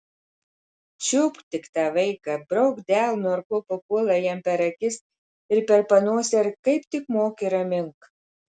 čiupk tik tą vaiką brauk delnu ar kuo papuola jam per akis ir per panosę ir kaip tik moki ramink